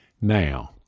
now